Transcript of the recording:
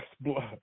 blood